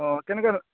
অঁ কেনেকৈ